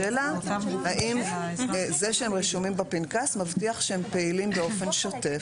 השאלה האם זה שהם רשומים בפנקס מבטיח שהם פעילים באופן שוטף